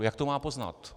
Jak to má poznat?